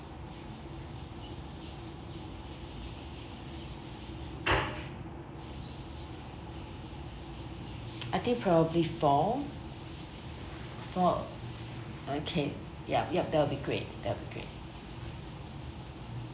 I think probably four four okay yup yup that will be great that will be great